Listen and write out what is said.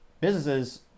businesses